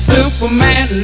Superman